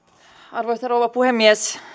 arvoisa rouva puhemies